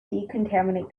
decontaminate